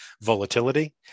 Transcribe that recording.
volatility